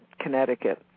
Connecticut